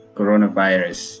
Coronavirus